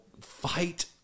fight